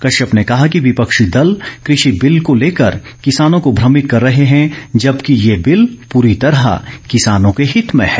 कश्यप ने कहा कि विपक्षी दल कृषि बिल को लेकर किसानों को भ्रमित कर रहे हैं जबकि ये बिल पूरी तरह किसानों के हित में हैं